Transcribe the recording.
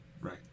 Right